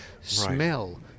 smell